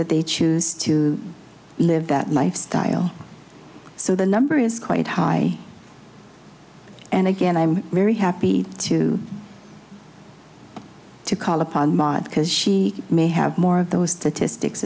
that they choose to live that lifestyle so the number is quite high and again i'm very happy to call upon mog because she may have more of those statistics